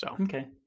Okay